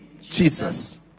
Jesus